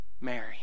Mary